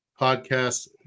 podcast